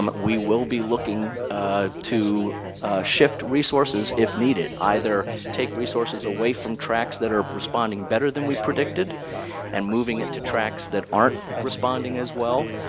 um we will be looking ah to shift resources, if needed, either take resources away from tracts that are responding better than we predicted and moving to tracts that aren't responding as well,